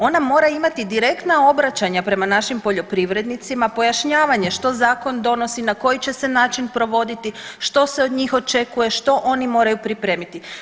Ona mora imati direktna obraćanja prema našim poljoprivrednicima, pojašnjavanje što zakon donosi, na koji će se način provoditi, što se od njih očekuje, što oni moraju pripremiti.